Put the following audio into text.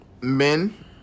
men